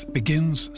begins